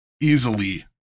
easily